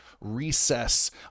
recess